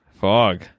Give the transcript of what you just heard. Fog